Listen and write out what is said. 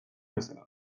bezala